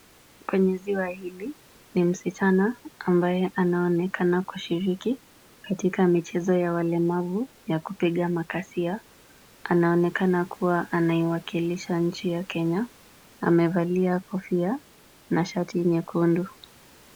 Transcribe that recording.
Kwenye ziwa hili, ni msichana ambaye anaonekana kushiriki katika michezo ya walemavu ya kupiga makasia. Anaonekana kuwa anaiwakilisha nchi ya Kenya. Amevalia kofia na shati nyekundu.